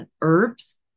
herbs